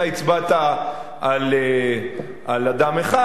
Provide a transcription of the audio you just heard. אתה הצבעת על אדם אחד,